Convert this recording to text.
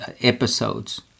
episodes